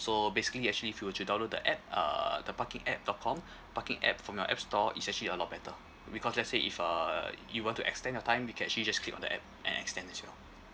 so basically actually if you were to download the app uh the parking app dot com parking app from your app store it's actually a lot better because let's say if uh you want to extend your time you can actually just click on the app and extend as well